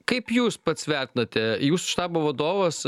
kaip jūs pats vertinate jūs štabo vadovas